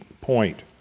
point